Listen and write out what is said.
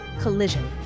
Collision